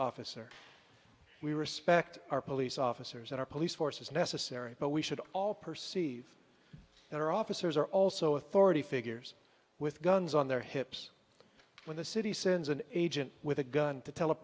officer we respect our police officers and our police force is necessary but we should all perceive that our officers are also authority figures with guns on their hips when the city sends an agent with a gun to tell a